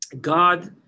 God